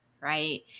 right